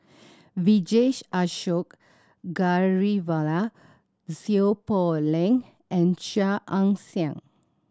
Vijesh Ashok Ghariwala Seow Poh Leng and Chia Ann Siang